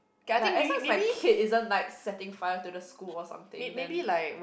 like as long as my kid isn't like setting fire to the school or something then